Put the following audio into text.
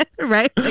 Right